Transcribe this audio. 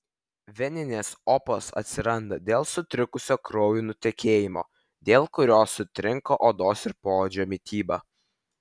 veninės opos atsiranda dėl sutrikusio kraujo nutekėjimo dėl kurio sutrinka odos ir poodžio mityba